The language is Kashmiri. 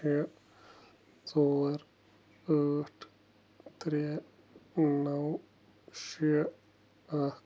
شےٚ ژور ٲٹھ ترٛےٚ نَو شےٚ اَکھ